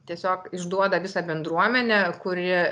tiesiog išduoda visą bendruomenę kuri